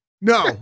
No